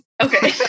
Okay